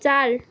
चाल